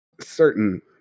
certain